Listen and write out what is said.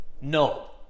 No